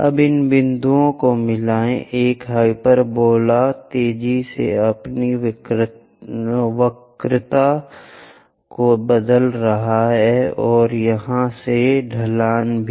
अब इन बिंदुओं को मिलाएं एक हाइपरबोला आह तेजी से अपनी वक्रता को बदल रहा है और यहां से ढलान भी